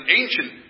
ancient